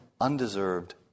undeserved